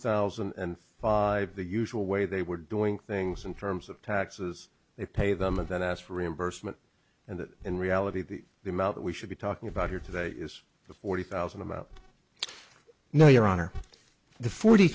thousand and five the usual way they were doing things in terms of taxes they pay them and then asked for reimbursement and that in reality the the amount that we should be talking about here today is the forty thousand amount no your honor the forty